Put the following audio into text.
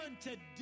today